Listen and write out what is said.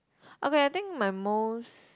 okay I think my most